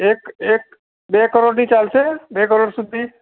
એક એક બે કરોડની ચાલશે બે કરોડ સુધી